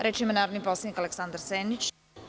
Reč ima narodni poslanik Aleksandar Senić.